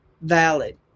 valid